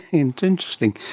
interesting.